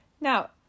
Now